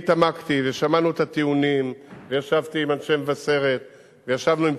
אני התעמקתי ושמענו את הטיעונים וישבתי עם